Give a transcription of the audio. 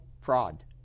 fraud